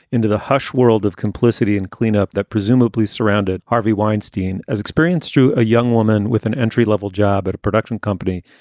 into the harsh world of complicity and cleanup that presumably surrounded. harvey weinstein as experience to a young woman with an entry level job at a production company.